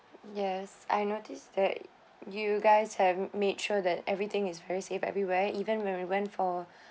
yes I notice that you guys have made sure that everything is very safe everywhere even when we went for